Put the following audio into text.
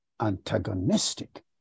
antagonistic